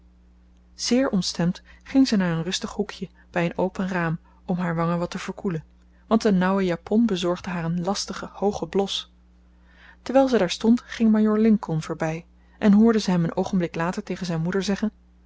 zeer ontstemd ging ze naar een rustig hoekje bij een open raam om haar wangen wat te verkoelen want de nauwe japon bezorgde haar een lastig hoogen blos terwijl ze daar stond ging majoor lincoln voorbij en hoorde ze hem een oogenblik later tegen zijn moeder zeggen